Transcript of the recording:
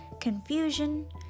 confusion